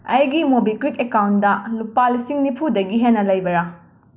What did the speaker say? ꯑꯩꯒꯤ ꯃꯣꯕꯤꯀ꯭ꯋꯤꯛ ꯑꯦꯀꯥꯎꯟꯗ ꯂꯨꯄꯥ ꯂꯤꯁꯤꯡ ꯅꯤꯐꯨꯗꯒꯤ ꯍꯦꯟꯅ ꯂꯩꯕꯔꯥ